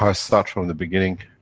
ah start from the beginning,